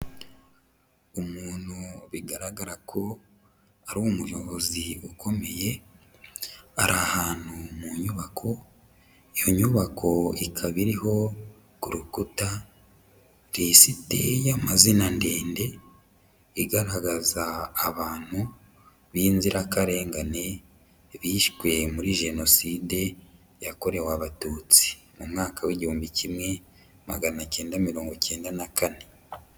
Umuntu bigaragara ko ari umuyobozi ukomeye, ari ahantu mu nyubako, iyo nyubako ikaba iriho ku rukuta risite y'amazina ndende igaragaza abantu b'inzirakarengane bishwe muri Jenoside yakorewe Abatutsi mu mwaka w'igihumbi kimwe, magana cyenda mirongo icyenda na kane.